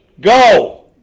Go